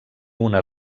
una